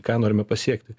ką norime pasiekti